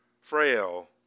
frail